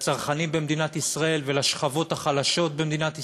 לצרכנים במדינת ישראל ולשכבות החלשות במדינת ישראל,